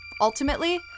ultimately